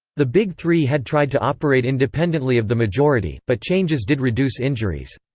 the big three had tried to operate independently of the majority, but changes did reduce injuries.